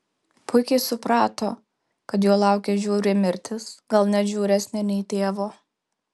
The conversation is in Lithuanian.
puikiai suprato kad jo laukia žiauri mirtis gal net žiauresnė nei tėvo